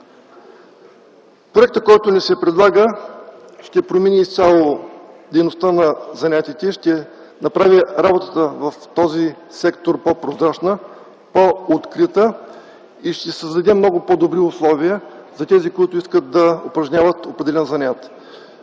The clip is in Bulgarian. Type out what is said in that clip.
Проектът, който ни се предлага, ще промени изцяло дейността на занаятите. Ще направи работата в този сектор по-прозрачна, по-открита и ще създаде много по-добри условия за тези, които искат да упражняват определен занаят.